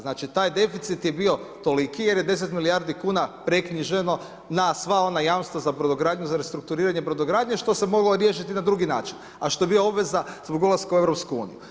Znači, taj deficit je bio toliki jer je 10 milijardi kuna preknjiženo na sva ona jamstva za Brodogradnju, za restrukturiranje Brodogradnje, što se moglo riješiti na drugi način, a što je bila obveza zbog ulaska u EU.